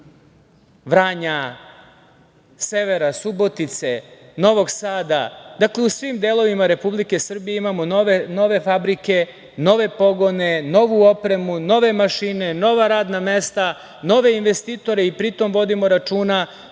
Vranja, severa Subotice, Novog Sada. Dakle, u svim delovima Republike Srbije imamo nove fabrike, nove pogone, novu opremu, nove mašine, nova radna mesta, nove investitore i pri tom vodimo računa